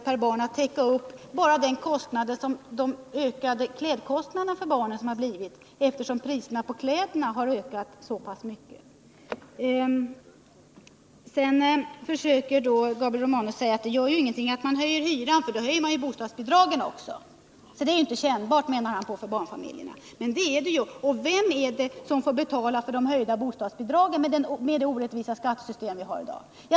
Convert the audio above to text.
per barn och år inte ens till att täcka ökningen av klädkostnaderna för barnen på grund av att priserna har stigit så kraftigt. Sedan försöker Gabriel Romanus göra gällande att det inte gör någonting att hyrorna höjs, eftersom bostadsbidragen i så fall också ökar. Därför blir en hyreshöjning inte kännbar för barnfamiljerna, menar Gabriel Romanus. Men vem är det — med det orättvisa skattesystem som vi har i dag — som får betala de höjda bostadsbidragen?